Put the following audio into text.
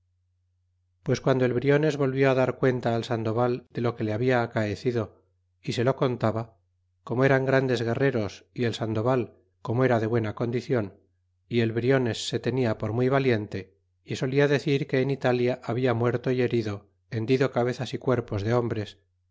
pues guando el briones volvió dar cuenta al sandoval de lo que le habia acaecido y se lo contaba como eran grandes guerreros y el sandoval como era de buena condicion y el briones se tenia por muy valiente y solia decir que en italia habla muerto y herido hendido cabezas y cuerpos de hombres